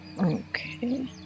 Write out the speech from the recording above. Okay